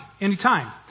anytime